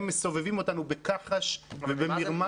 הם מסובבים אותנו בכחש ומרמה.